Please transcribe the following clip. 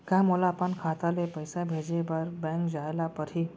का मोला अपन खाता ले पइसा भेजे बर बैंक जाय ल परही?